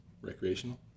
Recreational